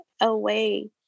away